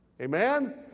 Amen